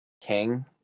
King